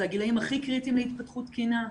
זה הגילאים הכי קריטיים להתפתחות תקינה,